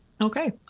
Okay